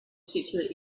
circular